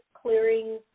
clearing